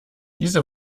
diese